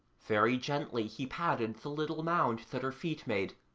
very gently he patted the little mound that her feet made,